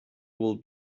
will